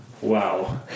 Wow